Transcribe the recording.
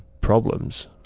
problems